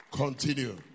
Continue